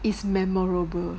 it's memorable